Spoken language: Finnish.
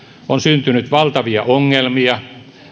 on syntynyt valtavia ongelmia